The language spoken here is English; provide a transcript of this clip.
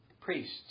priests